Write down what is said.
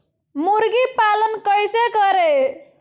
मुर्गी पालन कैसे करें?